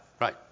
right